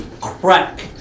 crack